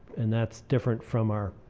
and that's different from our